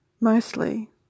Mostly